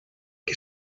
que